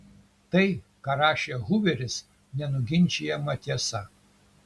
tai ką rašė huveris nenuginčijama tiesa